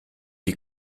die